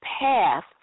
path